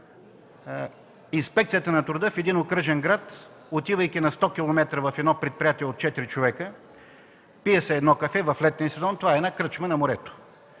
Инспекцията по труда в един окръжен град, отивайки на 100 км в едно предприятие от 4 човека в летния сезон, това е една кръчма на морето.